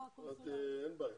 אין בעיה.